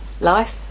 life